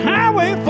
Highway